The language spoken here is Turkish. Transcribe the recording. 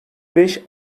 beş